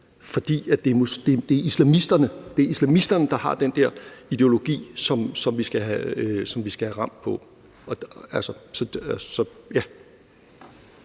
for det er islamisterne, der har den der ideologi, som vi skal have ram på.